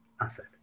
asset